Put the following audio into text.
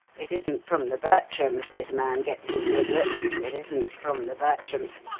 it isn't from the bertrams this man gets his good looks. it isn't from the bertrams.